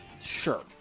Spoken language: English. sure